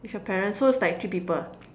with your parents so it's like three people